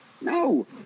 No